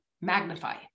magnify